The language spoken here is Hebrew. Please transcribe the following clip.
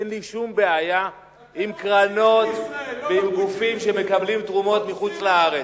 אין לי שום בעיה עם קרנות ועם גופים שמקבלים תרומות מחוץ-לארץ.